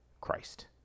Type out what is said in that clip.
Christ